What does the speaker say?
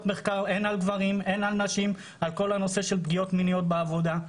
מחקר על גברים ונשים בנושא פגיעות מיניות בעבודה.